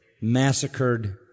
massacred